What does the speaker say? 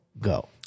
go